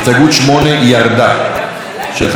של חברי הכנסת רוברט אילטוב,